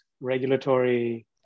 regulatory